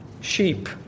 Sheep